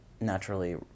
Naturally